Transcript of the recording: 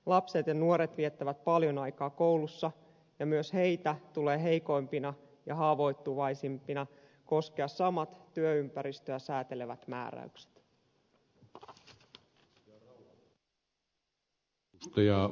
lapset ja nuoret viettävät paljon aikaa koulussa ja myös heitä tulee heikoimpina ja haavoittuvaisimpina koskea samat työympäristöä säätelevät määräykset